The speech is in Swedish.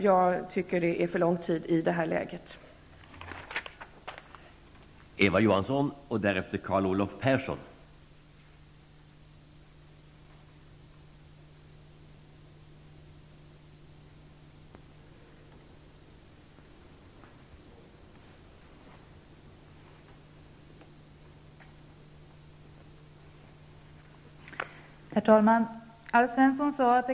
Jag tycker att det i det här läget är för lång tid.